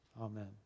Amen